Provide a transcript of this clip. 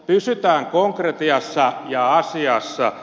pysytään konkretiassa ja asiassa